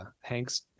Hank's